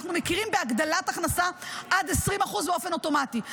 אנחנו מכירים בהגדלת הכנסה עד 20% באופן אוטומטי.